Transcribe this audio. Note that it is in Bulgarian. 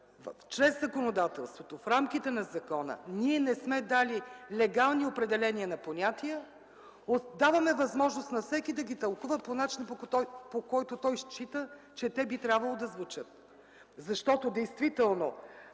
чрез законодателството, в рамките на закона ние не сме дали легални определения на понятия, даваме възможност на всеки да ги тълкува по начин, по който той счита, че би трябвало да звучат. Защото действително